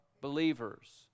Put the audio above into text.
believers